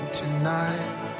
tonight